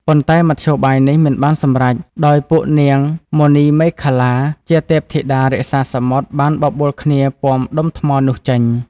ប៉ុន្តែមធ្យោបាយនេះមិនបានសម្រេច ដោយពួកនាង មណីមេខល្លា ជាទេពធិតារក្សាសមុទ្របានបបួលគ្នាពាំដុំថ្មនោះចេញ។